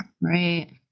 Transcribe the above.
Right